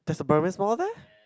there's a Burmese mall there